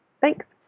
Thanks